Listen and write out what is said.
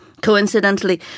Coincidentally